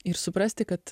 ir suprasti kad